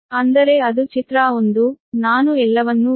ಅಂದರೆ ಅದು ಚಿತ್ರ 1 ನಾನು ಎಲ್ಲವನ್ನೂ ವಿವರಿಸಿದ್ದೇನೆ